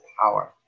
power